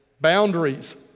Boundaries